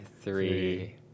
three